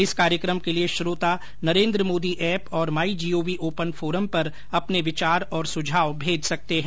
इस कार्यक्रम के लिए श्रोता नरेन्द्र मोदी ऐप और माई जीओवी ओपन फोरम पर अपने विचार और सुझाव भेज सकते हैं